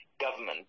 government